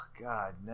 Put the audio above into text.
God